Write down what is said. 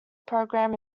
program